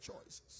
choices